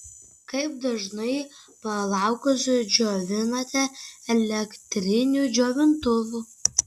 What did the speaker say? kaip dažnai plaukus džiovinate elektriniu džiovintuvu